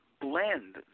blend